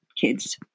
kids